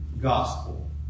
gospel